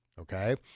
Okay